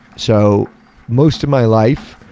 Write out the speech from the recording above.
so most of my life,